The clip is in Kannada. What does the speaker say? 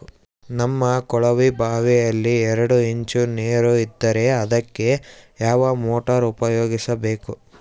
ನಮ್ಮ ಕೊಳವೆಬಾವಿಯಲ್ಲಿ ಎರಡು ಇಂಚು ನೇರು ಇದ್ದರೆ ಅದಕ್ಕೆ ಯಾವ ಮೋಟಾರ್ ಉಪಯೋಗಿಸಬೇಕು?